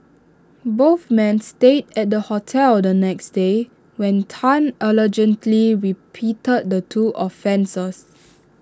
both men stayed at the hotel the next day when Tan allegedly repeated the two offences